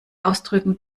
ausdrücken